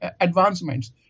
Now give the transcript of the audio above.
advancements